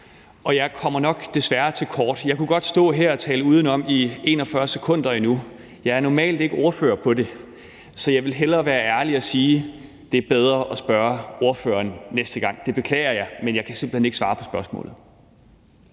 og jeg kommer nok desværre til kort. Jeg kunne godt stå her og tale udenom i 41 sekunder endnu, men jeg er normalt ikke ordfører på området, så jeg vil hellere være ærlig og sige: Det er bedre at spørge den sædvanlige ordfører næste gang. Det beklager jeg, men jeg kan simpelt hen ikke svare på spørgsmålet.